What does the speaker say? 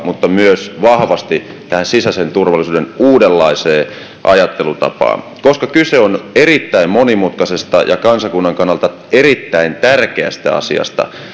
mutta myös vahvasti sisäisen turvallisuuden uudenlaiseen ajattelutapaan koska kyse on erittäin monimutkaisesta ja kansakunnan kannalta erittäin tärkeästä asiasta